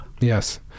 yes